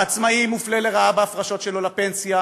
העצמאי מופלה לרעה בהפרשות שלו לפנסיה,